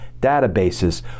databases